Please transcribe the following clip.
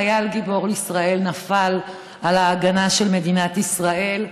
חייל גיבור ישראל נפל על ההגנה של מדינת ישראל.